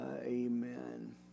Amen